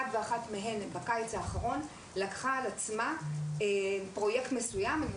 בקיץ האחרון כל אחת מהן לקחה על עצמה פרויקט מסוים.